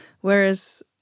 Whereas